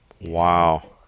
Wow